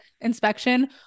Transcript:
inspection